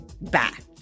Back